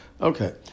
Okay